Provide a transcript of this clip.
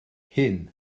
hyn